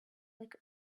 like